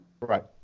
Right